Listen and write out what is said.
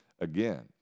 again